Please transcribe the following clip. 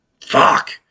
Fuck